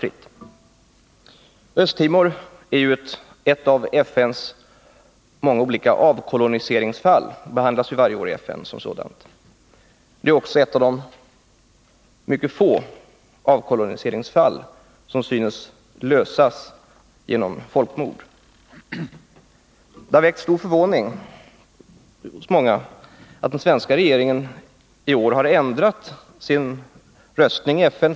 Östra Timor är ett av FN:s många avkoloniseringsfall, och det behandlas där varje år. Det är också ett av de få avkoloniseringsfall som synes lösas genom folkmord. Det väckte stor förvåning hos många att den svenska regeringen i höstas ändrade sitt ställningstagande i FN.